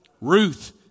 Ruth